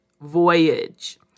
voyage